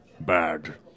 bad